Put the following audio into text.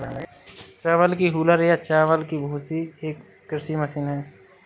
चावल की हूलर या चावल की भूसी एक कृषि मशीन है